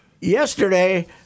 yesterday